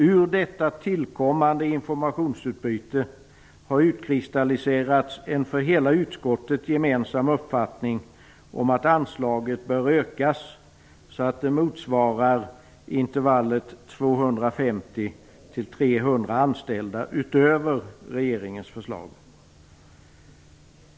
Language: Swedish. Ur detta tillkommande informationsutbyte har utkristalliserats en för hela utskottet gemensam uppfattning att anslaget bör ökas så att det motsvarar 250 300 anställda utöver regeringens förslag.